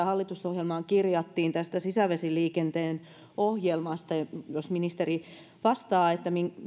hallitusohjelmaan kirjattiin sisävesiliikenteen ohjelmasta ja jos ministeri vastaisi